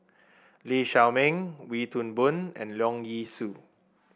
Lee Shao Meng Wee Toon Boon and Leong Yee Soo